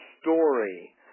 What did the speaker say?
story